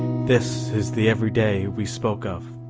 this is the everyday we spoke of,